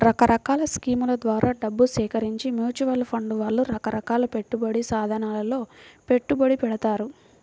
రకరకాల స్కీముల ద్వారా డబ్బు సేకరించి మ్యూచువల్ ఫండ్ వాళ్ళు రకరకాల పెట్టుబడి సాధనాలలో పెట్టుబడి పెడతారు